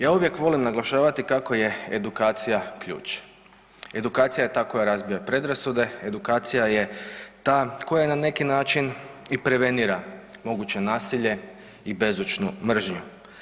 Ja uvijek volim naglašavati kako je edukacija ključ, edukacija je ta koja razbija predrasude, edukacija je ta koja na neki način i prevenira moguće nasilje i bezočnu mržnju.